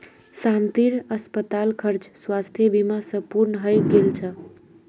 शांतिर अस्पताल खर्च स्वास्थ बीमा स पूर्ण हइ गेल छ